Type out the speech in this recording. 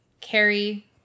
Carrie